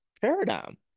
paradigm